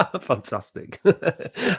Fantastic